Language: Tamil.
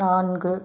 நான்கு